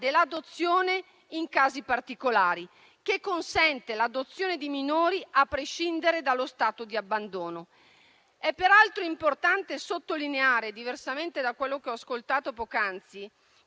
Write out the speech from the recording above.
dell'adozione in casi particolari, che consente l'adozione di minori a prescindere dallo stato di abbandono. È peraltro importante sottolineare, diversamente da quello che ho ascoltato poc'anzi,